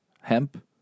Hemp